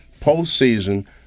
postseason